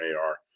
ar